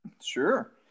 sure